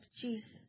Jesus